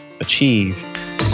achieve